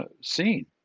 seen